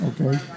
Okay